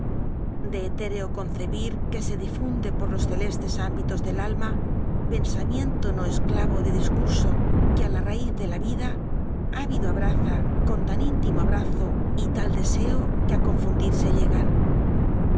de etéreo concebir que se difunde por los celestes ámbitos del alma pensamiento no esclavo de discurso que á la raíz de la vida ávido abraza con tan mtimo abrazo y tal deseo que á confundirse llegan